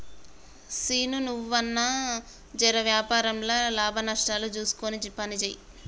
సీనూ, నువ్వన్నా జెర వ్యాపారంల లాభనష్టాలు జూస్కొని పనిజేయి